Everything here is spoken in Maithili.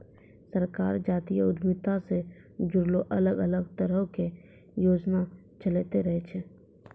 सरकार जातीय उद्यमिता से जुड़लो अलग अलग तरहो के योजना चलैंते रहै छै